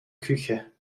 küche